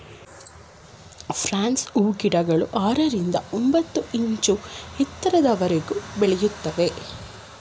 fancy ಹೂಗಿಡಗಳು ಆರರಿಂದ ಒಂಬತ್ತು ಇಂಚು ಎತ್ತರದವರೆಗೆ ಬೆಳಿತವೆ